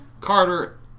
Carter